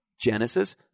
Genesis